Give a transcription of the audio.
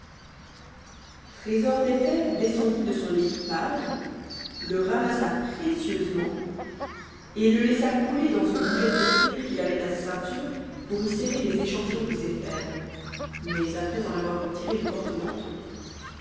trésor des fèves descendit de son équipage le ramassa précieusement et le laissa couler dans une bougette de cuir qu'il avait à sa ceinture pour y serrer les échantillons de ses fèves mais après en avoir retiré le porte-manteau